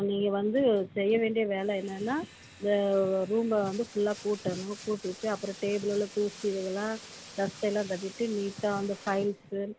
நீங்கள் வந்து செய்ய வேண்டிய வேலை என்னன்னா இந்த ரூமை வந்து ஃபுல்லாக கூட்டணும் கூட்டிட்டு அப்புறம் டேபிள் எல்லாம் தூசி இதுங்களாம் டஸ்ட்டையெலாம் தட்டிவிட்டு நீட்டாக அந்த ஃபைல்ஸ்ஸு